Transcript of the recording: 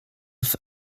für